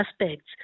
aspects